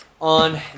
on